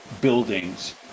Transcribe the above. buildings